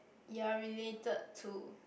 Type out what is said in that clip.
you are related to